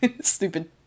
Stupid